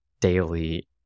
daily